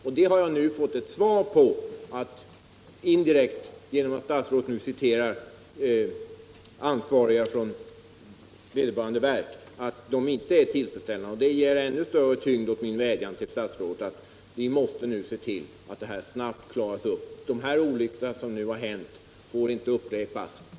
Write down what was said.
På den har jag nu indirekt, genom att statsrådet citerade ansvariga personer på vederbörande verk, fått svaret att de inte är tillfredsställande. Det ger ännu större tyngd åt min vädjan till statsrådet att se till att det här snabbt klaras upp. De olyckor som nu har hänt får inte upprepas.